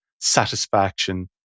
satisfaction